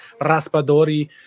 Raspadori